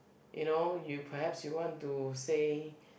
you know you perhaps you want to say